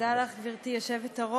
תודה לך, גברתי היושבת-ראש.